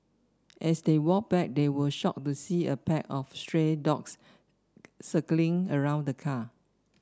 as they walked back they were shocked to see a pack of stray dogs circling around the car